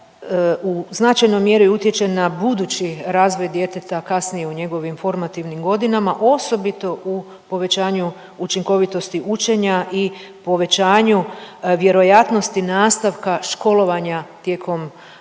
u značajnoj mjeri utječe na budući razvoj djeteta, kasnije u njegovim formativnim godinama, osobito u povećanju učinkovitosti učenja i povećanju vjerojatnosti nastavka školovanja tijekom cijelog